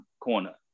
corner